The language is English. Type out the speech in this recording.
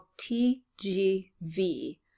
TGV